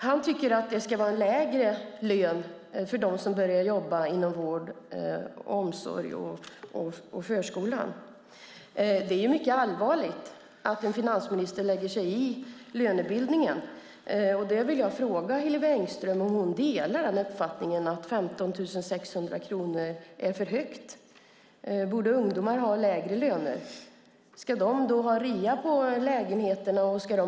Han tycker att det ska vara en lägre lön för dem som börjar jobba inom vård, omsorg och förskola. Det är mycket allvarligt att en finansminister lägger sig i lönebildningen. Jag vill fråga Hillevi Engström om hon delar uppfattningen att 15 600 kronor är för högt. Borde ungdomar ha lägre löner? Ska de då ha rea på lägenheterna?